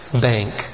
bank